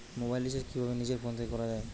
Mobile recharge কিভাবে নিজের phone থেকে করা য়ায়?